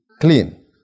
clean